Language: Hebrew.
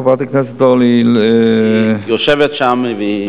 חברת הכנסת אורלי יצאה היא יושבת שם.